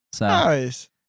Nice